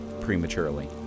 prematurely